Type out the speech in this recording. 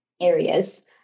areas